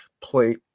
play